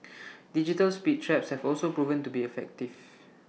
digital speed traps have also proven to be effective